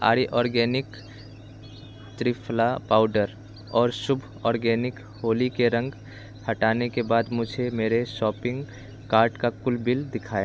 आर्य organic triphala powder और Shubh organic Holi के रंग हटाने के बाद मुझे मेरे शॉपिंग कार्ट का कुल बिल दिखाएँ